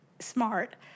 smart